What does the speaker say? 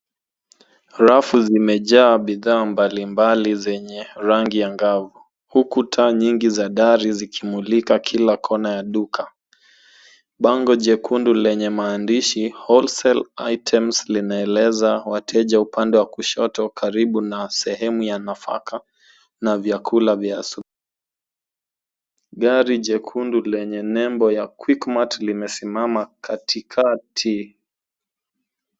Rafu zimejaa bidhaa mbalimbali zenye rangi angavu, huku taa nyingi za gari zikimulika kila kona ya duka. Bango jekundu lenye maandishi, Whole sell Items linaeleza wateja upande wa kushoto karibu na sehemu ya nafaka na vyakula vya asubuhi. Gari jekundu lenye nembo ya Quickmart limesimama katikati.